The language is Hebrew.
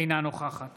אינה נוכחת